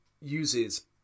uses